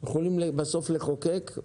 יכולים בסוף לחוקק,